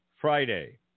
Friday